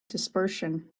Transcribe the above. dispersion